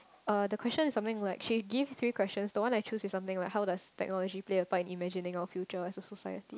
uh the question is something like she gives three questions the one I choose is something like how does technology play a part in imagining our future as a society